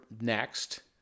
next